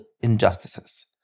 injustices